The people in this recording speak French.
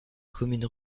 commune